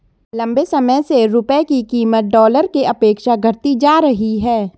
लंबे समय से रुपये की कीमत डॉलर के अपेक्षा घटती जा रही है